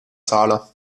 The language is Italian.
sala